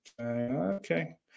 Okay